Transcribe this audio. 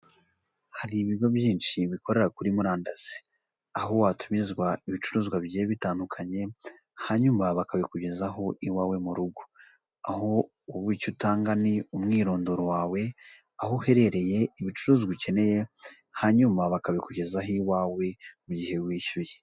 Hari ibigo byinshi bikorera kuri murandasi. Aho watumizwa ibicuruzwa bigiye bitandukanye, hanyuma bakabikugezaho iwawe mu rugo. Aho wowe icyo utanga ni, umwirondoro wawe, aho uherereye, ibicuruzwa ukeneye, hanyuma bakabikugezaho iwawe mu gihe wishyuye.